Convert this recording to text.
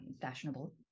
fashionable